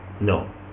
no